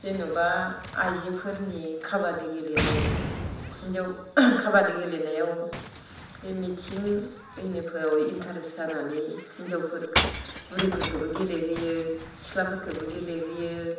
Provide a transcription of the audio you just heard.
जेन'बा आइजोफोरनि खाबादि गेलेनाय हिनजाव खाबादि गेलेनायाव ए मिथिं एनिफोराव इन्ट्रेस्ट जानानै हिनजावफोर बुरिफोरखोबो गेलेहोयो सिख्लाफोरखोबो गेलेहोयो